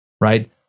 right